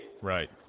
right